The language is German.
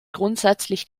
grundsätzlich